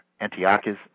Antiochus